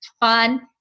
fun